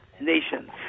nations